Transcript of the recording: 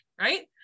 right